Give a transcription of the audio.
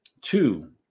Two